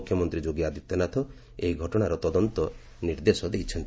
ମୁଖ୍ୟମନ୍ତ୍ରୀ ଯୋଗୀ ଆଦିତ୍ୟନାଥ ଏହି ଘଟଣାର ତଦନ୍ତ ନିର୍ଦ୍ଦେଶ ଦେଇଛନ୍ତି